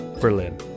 Berlin